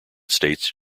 states